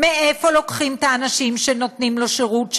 מאיפה לוקחים את האנשים שנותנים לו שירות,